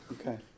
Okay